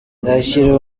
yakiriwe